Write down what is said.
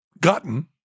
gotten